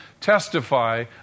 testify